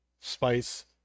spice